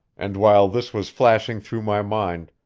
and while this was flashing through my mind,